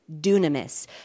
dunamis